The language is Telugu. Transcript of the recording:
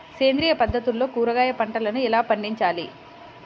సేంద్రియ పద్ధతుల్లో కూరగాయ పంటలను ఎలా పండించాలి?